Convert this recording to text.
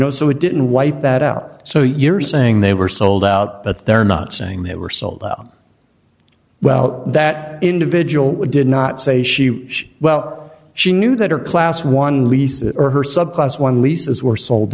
know so it didn't wipe that out so you're saying they were sold out but they're not saying they were sold well that individual did not say she well she knew that her class one lease or